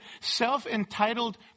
self-entitled